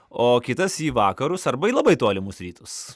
o kitas į vakarus arba į labai tolimus rytus